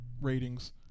ratings